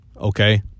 okay